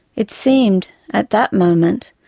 it seemed, at that moment,